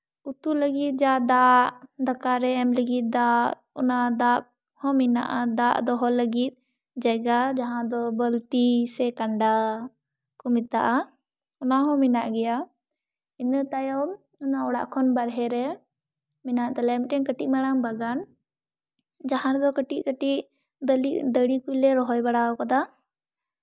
ᱩᱛᱩ ᱞᱟᱹᱜᱤᱫ ᱡᱟ ᱫᱟᱜ ᱫᱟᱠᱟᱨᱮ ᱮᱢ ᱞᱟᱹᱜᱤᱫ ᱫᱟᱜ ᱚᱱᱟ ᱫᱟᱜ ᱦᱚᱸ ᱢᱮᱱᱟᱜᱼᱟ ᱫᱟᱜ ᱫᱚᱦᱚ ᱞᱟᱹᱜᱤᱫ ᱡᱟᱭᱜᱟ ᱡᱟᱦᱟᱸ ᱫᱚ ᱵᱟᱹᱞᱛᱤ ᱥᱮ ᱠᱟᱸᱰᱟ ᱠᱚ ᱢᱮᱛᱟᱜᱼᱟ ᱚᱱᱟᱦᱚᱸ ᱢᱮᱱᱟᱜ ᱜᱮᱭᱟ ᱤᱱᱟᱹ ᱛᱟᱭᱚᱢ ᱚᱱᱟ ᱚᱲᱟᱜ ᱠᱷᱚᱱ ᱵᱟᱦᱨᱮ ᱨᱮ ᱢᱮᱱᱟᱜ ᱛᱟᱞᱮᱭᱟ ᱢᱤᱫᱴᱮᱱ ᱠᱟᱹᱴᱤᱡ ᱢᱟᱨᱟᱝ ᱵᱟᱜᱟᱱ ᱡᱟᱦᱟᱸ ᱨᱮᱫᱚ ᱠᱟᱹᱴᱤᱡ ᱠᱟᱹᱴᱤᱡ ᱫᱟᱨᱮ ᱠᱚᱞᱮ ᱨᱚᱦᱚᱭ ᱵᱟᱲᱟᱣᱠᱟᱫᱟ